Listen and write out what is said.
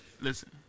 Listen